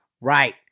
right